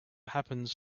happens